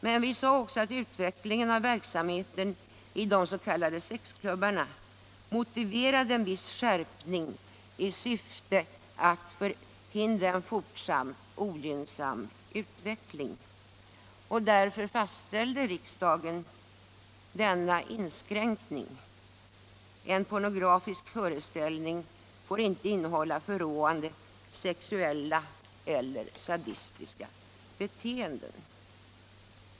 Men vi sade också att utvecklingen av verksamheten i de s.k. sexklubbarna motiverade en viss skärpning i syfte att förhindra en fortsatt ogynnsam utveckling. Därför fastställde riksdagen denna inskränkning: En pornografisk föreställning får inte innehålla förråande sexuella eller sadistiska beteenden.